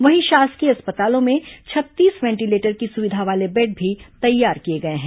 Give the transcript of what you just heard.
वहीं शासकीय अस्पतालों में छत्तीस वेंटीलेटर की सुविधा वाले बेड भी तैयार किए गए हैं